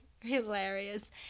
hilarious